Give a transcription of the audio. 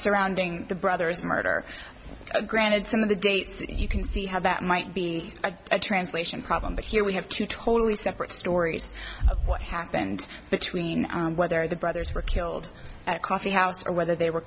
surrounding the brother's murder granted some of the dates you can see how that might be a translation problem but here we have two totally separate stories what happened between whether the brothers were killed at a coffee house or whether they were